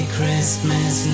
Christmas